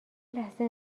لحظه